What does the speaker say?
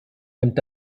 nimmt